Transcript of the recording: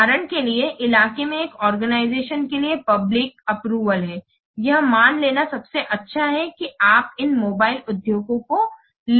उदाहरण के लिए इलाके में एक आर्गेनाईजेशन के लिए पब्लिक अप्रूवल है यह मान लेना सबसे अच्छा है कि आप इन मोबाइल उद्योगों को लेते हैं